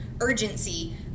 urgency